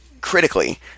critically